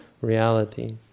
reality